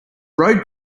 road